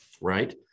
right